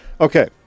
Okay